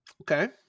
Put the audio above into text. Okay